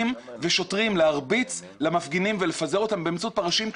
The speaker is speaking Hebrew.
ושוטרים להרביץ למפגינים ולפזר אותם באמצעות פרשים,